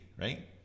right